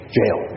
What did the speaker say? jail